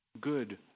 good